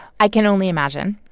i can only imagine.